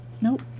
Nope